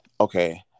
okay